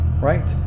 right